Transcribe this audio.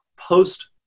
post